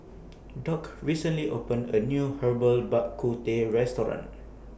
Doc recently opened A New Herbal Bak Ku Teh Restaurant